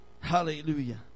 Hallelujah